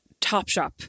Topshop